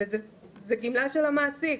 זה גמלה של המעסיק,